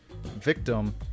victim